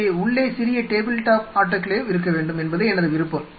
எனவே உள்ளே சிறிய டேபிள் டாப் ஆட்டோகிளேவ் இருக்க வேண்டும் என்பதே எனது விருப்பம்